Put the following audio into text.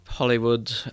Hollywood